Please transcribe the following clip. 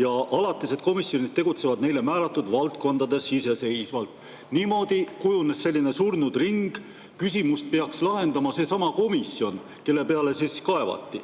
ja alatised komisjonid tegutsevad neile määratud valdkondades iseseisvalt. Niimoodi kujunes selline surnud ring: küsimust peaks lahendama seesama komisjon, kelle peale kaevati.